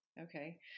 Okay